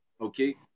okay